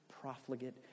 profligate